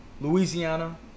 Louisiana